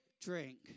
drink